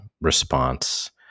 response